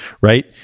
right